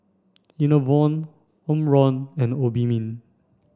Enervon Omron and Obimin